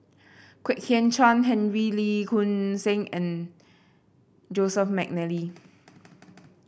Kwek Hian Chuan Henry Lee Choon Seng and Joseph McNally